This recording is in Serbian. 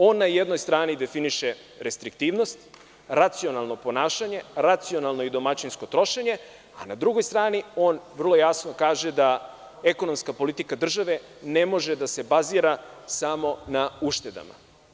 On na jednoj strani definiše restriktivnost, racionalno ponašanje, racionalno i domaćinsko trošenje, a na drugoj strani on vrlo jasno kaže da ekonomska politika države ne može da se bazira samo na uštedama.